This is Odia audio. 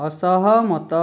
ଅସହମତ